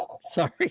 Sorry